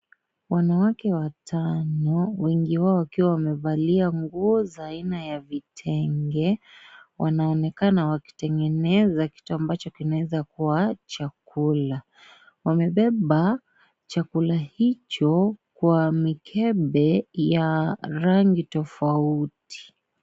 Wanawake watano wengi wao wakiwa wamevalia nguo za aina ya vitenge wanaonekana wakitengeneza kitu ambacho kinaezakuwa chakula. Wamebeba chakula hicho Kwa mikebe ya rangi tofauti.